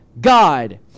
God